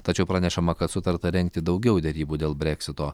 tačiau pranešama kad sutarta rengti daugiau derybų dėl breksito